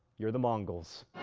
you're the mongols.